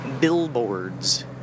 billboards